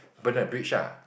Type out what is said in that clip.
burn the bridge ah